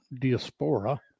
Diaspora